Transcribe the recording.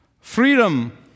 Freedom